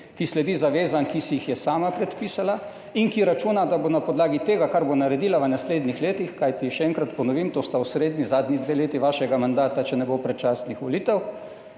ki sledi zavezam, ki si jih je sama predpisala, in ki računa, da bo na podlagi tega, kar bo naredila v naslednjih letih – kajti še enkrat ponovim, to sta osrednji, zadnji dve leti vašega mandata, če ne bo predčasnih volitev